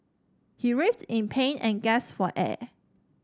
he writhed in pain and gasped for air